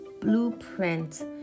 blueprint